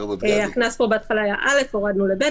הקנס פה בהתחלה היה א' והורדנו ל-ב',